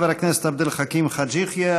חבר הכנסת עבד אל חכים חאג' יחיא.